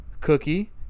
Cookie